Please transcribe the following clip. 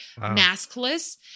maskless